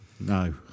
No